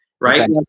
right